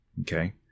Okay